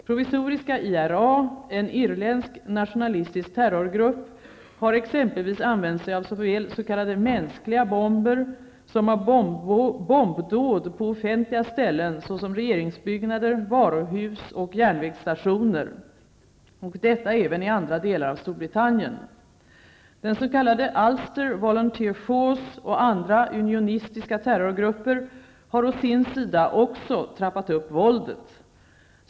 Provisoriska IRA, en irländsk nationalistisk terrorgrupp, har exemepelvis använt sig av såväl s.k. ''mänskliga bomber'' som av bombdåd på offentliga ställen såsom regeringsbyggnader, varuhus och järnvägsstationer, och detta även i andra delar av Storbritannien. Den s.k. Ulster Volunteer Force och andra unionistiska terrorgrupper, har å sin sida också trappat upp våldet.